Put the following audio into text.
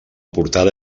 portada